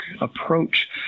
approach